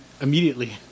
immediately